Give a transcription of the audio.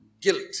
guilt